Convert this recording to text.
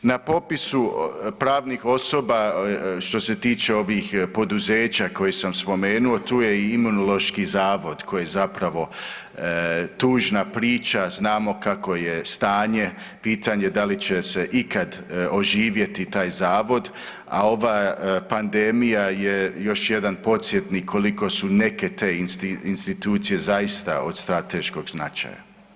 Na popisu pravnih osoba što se tiče poduzeća koje sam spomenuo, tu je i Imunološki zavod koji zapravo tužna priča, znamo kako je stanje, pitanje da li će se ikad oživjeti taj zavod, a ova pandemija je još jedan podsjetnik koliko su neke te institucije zaista od strateškog značaja.